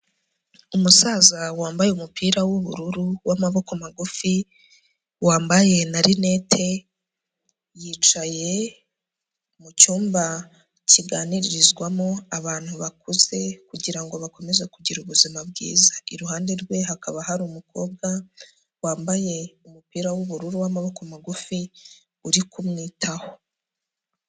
Umusaza wambaye umupira w'ubururu w'amaboko magufi, wambaye na rinete, yicaye mu cyumba kiganiririzwamo abantu bakuze kugira ngo bakomeze kugira ubuzima bwiza. Iruhande rwe, hakaba hari umukobwa wambaye umupira w'ubururu w'amaboko magufi, uri kumwitaho.